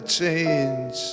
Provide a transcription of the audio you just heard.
change